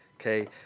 Okay